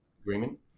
agreement